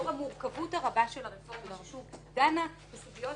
לאור המורכבות הרבה של הרפורמה שדנה בסוגיות